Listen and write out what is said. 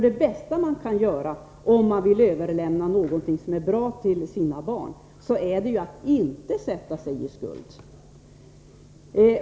Det bästa man kan göra, om man vill överlämna någonting som är bra till sina barn, är ju att inte sätta sig i skuld.